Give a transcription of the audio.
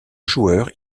joueur